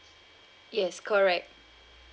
yes correct